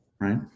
right